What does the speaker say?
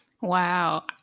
Wow